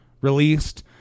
released